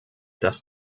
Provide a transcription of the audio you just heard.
das